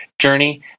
journey